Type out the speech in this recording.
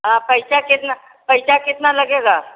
हाँ पैसा कितना पैसा कितना लगेगा